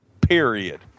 period